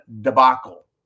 debacle